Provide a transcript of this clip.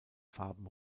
farben